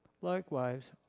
Likewise